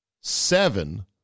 seven